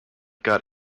got